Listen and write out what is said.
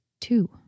two